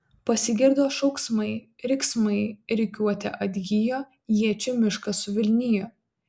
pasigirdo šauksmai riksmai rikiuotė atgijo iečių miškas suvilnijo